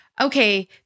okay